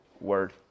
word